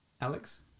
Alex